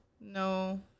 no